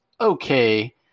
okay